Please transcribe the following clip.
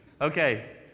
Okay